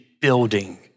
building